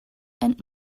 and